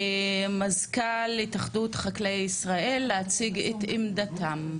מזכ"ל התאחדות חקלאי ישראל, להציג את עמדתם.